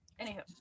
Anywho